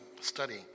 study